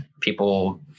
people